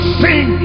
sing